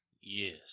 Yes